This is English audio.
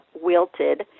wilted